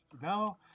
no